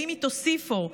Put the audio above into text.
האם היא תוסיף אור,